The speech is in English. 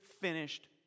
finished